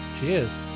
Cheers